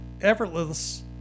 effortless